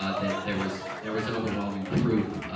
ah that there was there was overwhelming proof, ah,